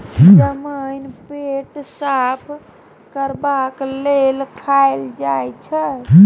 जमैन पेट साफ करबाक लेल खाएल जाई छै